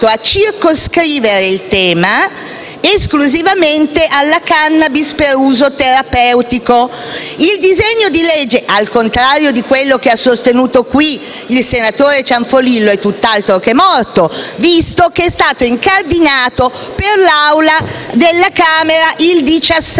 esclusivamente alla *cannabis* per uso terapeutico. Il disegno di legge, al contrario di quello che ha sostenuto in questa sede il senatore Ciampolillo, è tutt'altro che morto, visto che è stato incardinato per l'esame da parte dell'Assemblea della Camera il 17 ottobre, quindi evidentemente